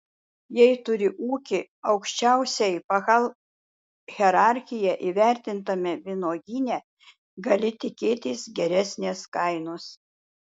jei turi ūkį aukščiausiai pagal hierarchiją įvertintame vynuogyne gali tikėtis geresnės kainos